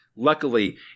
Luckily